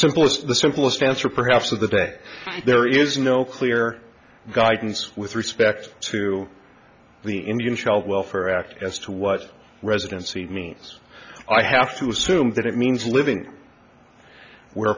simplest the simplest answer perhaps of the day there is no clear guidance with respect to the indian child welfare act as to what residency means i have to assume that it means living where